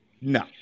No